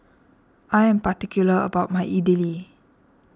I am particular about my Idili